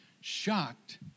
shocked